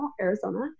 Arizona